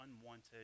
unwanted